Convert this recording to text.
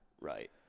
Right